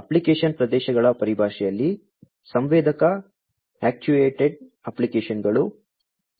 application ಪ್ರದೇಶಗಳ ಪರಿಭಾಷೆಯಲ್ಲಿ ಸಂವೇದಕ ಆಕ್ಚುಯೇಟೆಡ್ ಅಪ್ಲಿಕೇಶನ್ಗಳು